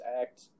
act